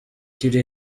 kiri